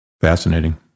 Fascinating